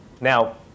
now